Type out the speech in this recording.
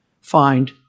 find